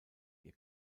ihr